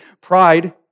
Pride